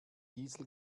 diesel